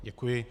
Děkuji.